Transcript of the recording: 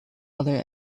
other